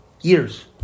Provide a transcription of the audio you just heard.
Years